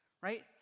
right